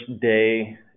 day